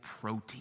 protein